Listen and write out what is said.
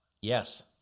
Yes